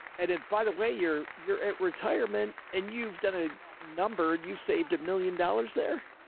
and if by the way, you're, you're at retirement and you've done a number, you saved a million dollars there.